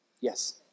Yes